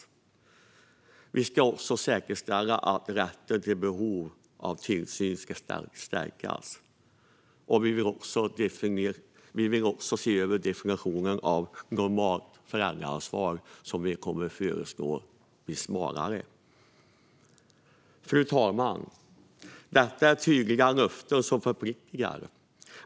Man ska också säkerställa att rätten till assistans med tillsyn stärks. Man vill även se över definitionen av begreppet "normalt föräldraansvar", vilket man kommer att föreslå blir smalare. Fru talman! Detta är tydliga löften som förpliktar.